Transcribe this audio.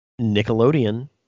Nickelodeon